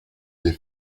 des